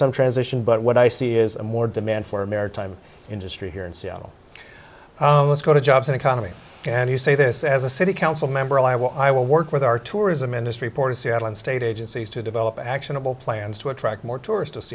some transition but what i see is a more demand for maritime industry here in seattle let's go to jobs in economy and you say this as a city council member i will i will work with our tourism industry for to seattle and state agencies to develop actionable plans to attract more tourist